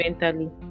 mentally